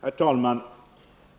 Herr talman!